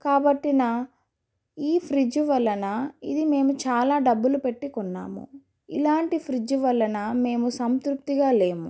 కాబట్టి న ఈ ఫ్రిడ్జ్ వలన ఇది మేమూ చాలా డబ్బులు పెట్టి కొన్నాము ఇలాంటి ఫ్రిడ్జ్ వలన మేమూ సంతృప్తిగా లేము